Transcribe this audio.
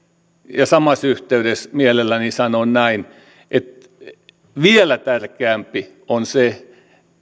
ja samassa yhteydessä mielelläni sanon näin että vielä tärkeämpää on se